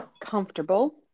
comfortable